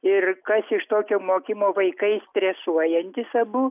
ir kas iš tokio mokymo vaikai stresuojantys abu